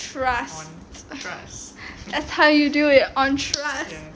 trust that's how you do it on trust